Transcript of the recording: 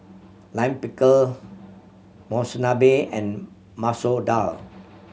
Lime Pickle Monsunabe and Masoor Dal